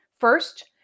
First